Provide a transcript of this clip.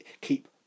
keep